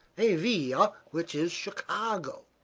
a via which is chicago.